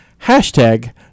hashtag